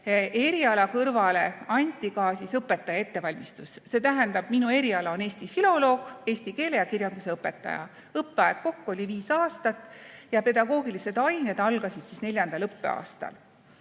Eriala kõrvale anti ka õpetaja ettevalmistus, st minu eriala on eesti filoloog, eesti keele ja kirjanduse õpetaja. Õppeaeg kokku oli viis aastat ja pedagoogilised ained algasid neljandal õppeaastal.